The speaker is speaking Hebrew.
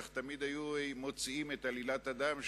היו מוציאים את עלילת הדם,